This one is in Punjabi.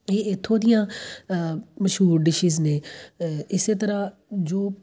ਇਹ ਇੱਥੋਂ ਦੀਆਂ ਮਸ਼ਹੂਰ ਡਿਸੀਜ਼ ਨੇ ਇਸ ਤਰ੍ਹਾਂ ਜੋ